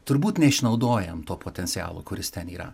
turbūt neišnaudojam to potencialo kuris ten yra